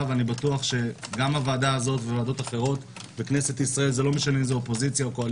ובטוח שהוועדה הזו ואחרות וכנסת ישראל זה לא משנה אם זה קואליציה